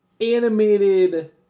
animated